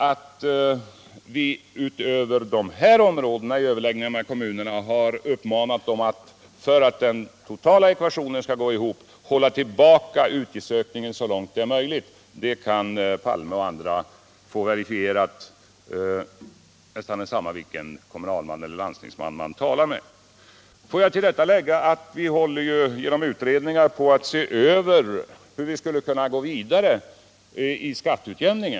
Att vi i överläggningar med kommunerna har uppmanat dem att utöver vad som är nödvändigt på de nu nämnda områdena hålla tillbaka utgiftsökningar så mycket som möjligt — för att den totala ekvationen skall gå ihop — kan herr Palme och andra få verifierat av snart sagt vilken kommunalman eller landstingsman som de talar med. Får jag till detta lägga att vi genom utredningar håller på att se över hur vi skulle kunna gå vidare i skatteutjämning.